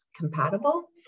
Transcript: compatible